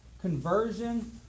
conversion